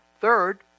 Third